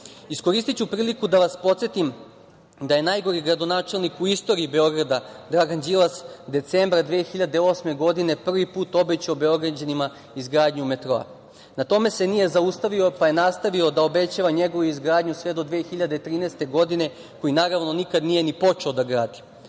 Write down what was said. toga. Iskoristiću priliku da vas podsetim da je najgori gradonačelnik u istoriji Beograda Dragan Đilas decembra 2008. godine prvi put obećao Beograđanima izgradnju metroa. Na tome se nije zaustavio pa je nastavio da obećavanja njegovu izgradnju sve do 2013. godine koji naravno nikada nije ni počeo da gradi.